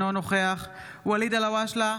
אינו נוכח ואליד אלהואשלה,